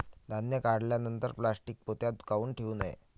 धान्य काढल्यानंतर प्लॅस्टीक पोत्यात काऊन ठेवू नये?